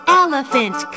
elephant